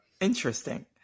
Interesting